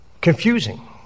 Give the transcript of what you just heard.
confusing